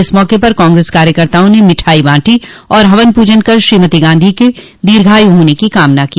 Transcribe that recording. इस मौके पर कांग्रेस कार्यकर्ताओं ने मिठाईयां बांटी और हवन पूजन कर श्रीमती गॉधी के दीर्घायु होने की कामना की